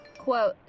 Quote